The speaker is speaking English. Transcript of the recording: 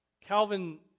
Calvin